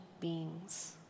beings